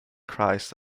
christ